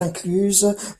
incluses